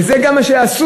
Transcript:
וזה גם מה שעשו,